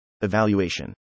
Evaluation